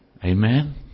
Amen